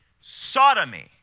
Sodomy